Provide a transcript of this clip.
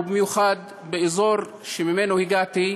ובמיוחד באזור שממנו הגעתי,